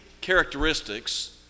characteristics